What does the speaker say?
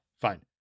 Fine